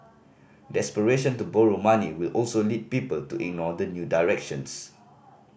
desperation to borrow money will also lead people to ignore the new directions